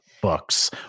Books